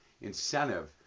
incentive